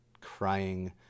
crying